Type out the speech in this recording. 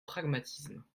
pragmatisme